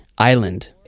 Island